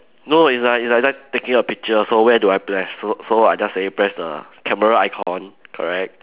no it's like it's like it's like taking a picture so where do I press so so I say just say press the camera icon correct